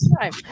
time